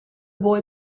boy